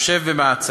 והוא יושב במעצר.